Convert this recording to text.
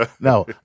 No